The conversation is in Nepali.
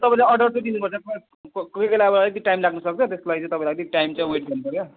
तपाईँले अर्डर चाहिँ दिनुपर्छ प्लस कोही कोही बेला अब अलिकति टाइम लाग्नसक्छ त्यसको लागि अलिकति टाइम चाहिँ वेट गर्नुपर्यो